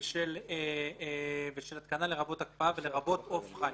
ושל התקנה, לרבות הקפאה ולרבות עוף חי".